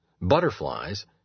Butterflies